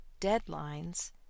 Deadlines